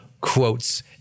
quotes